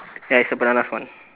ya it's the bananas one